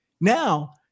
Now